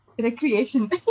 recreation